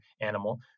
animal